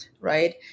right